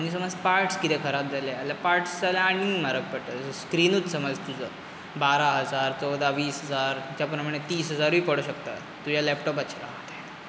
आनी समज पार्टस कितें खराब जाले आल्या पार्टस जाल्या आनीक म्हारग पडटा जशें स्क्रिनूत समज तुजो बारा हजार चोवदा वीस हजार तेच्या प्रमाणे तीस हजारूय पडोंक शकता तुज्या लॅपटॉपाचेर आहा तें